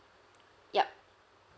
ya